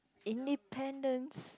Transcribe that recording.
independence